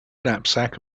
knapsack